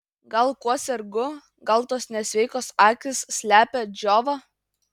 gal kuo sergu gal tos nesveikos akys slepia džiovą